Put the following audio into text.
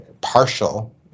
partial